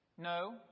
No